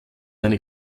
eine